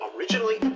Originally